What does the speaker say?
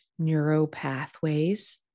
neuropathways